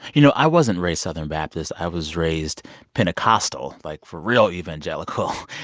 you know, i wasn't raised southern baptist. i was raised pentecostal, like, for real evangelical.